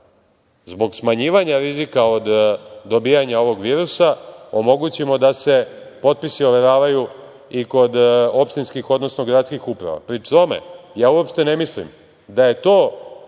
zbog smanjivanja rizika od dobijanja ovog virusa, omogućimo da se potpisi overavaju i kod opštinskih, odnosno gradskih uprava. Pri tome, ja uopšte ne mislim da je to